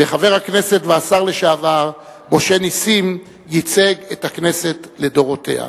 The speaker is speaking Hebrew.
וחבר הכנסת והשר לשעבר משה נסים ייצג את הכנסת לדורותיה.